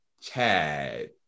Chad